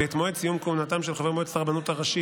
ואת מועד סיום כהונתם של חברי מועצת הרבנות הראשית